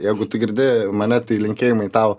jeigu tu girdi mane tai linkėjimai tau